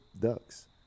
ducks